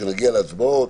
כשנגיע להצבעות,